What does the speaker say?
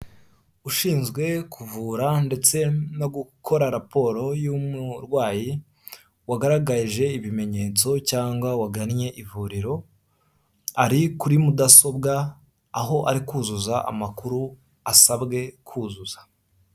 Umuntu ushinzwe kuvura ndetse no gukora raporo y'umurwayi wagaragaje ibimenyetso cyangwa wagannye ivuriro ari kuri mudasobwa; aho ari kuzuza amakuru asabwe kuzuza.